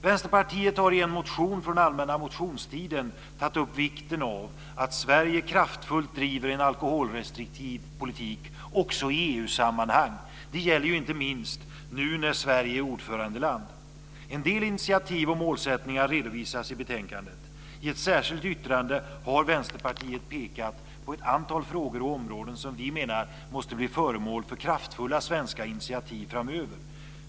Vänsterpartiet har i en motion från allmänna motionstiden tagit upp vikten av att Sverige kraftfullt driver en alkoholrestriktiv politik också i EU sammanhang. Det gäller ju inte minst nu när Sverige är ordförandeland. En del initiativ och målsättningar redovisas i betänkandet. I ett särskilt yttrande har Vänsterpartiet pekat på ett antal frågor och områden som vi menar måste bli föremål för kraftfulla svenska initiativ framöver.